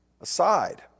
aside